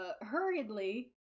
hurriedly